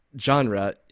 genre